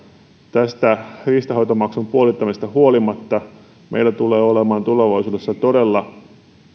tästä riistanhoitomaksun puolittamisesta huolimatta meillä tulee olemaan tulevaisuudessa todella